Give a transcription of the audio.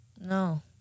No